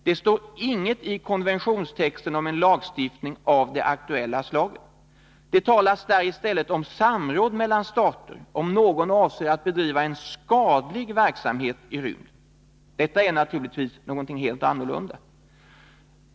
Det står inget i konventionstexten om en lagstiftning av det aktuella slaget. Där talas i stället om samråd mellan stater, om någon avser att bedriva skadlig verksamhet i rymden. Detta är någonting helt annat.